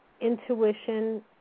intuition